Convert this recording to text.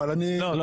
אבל אני --- לא,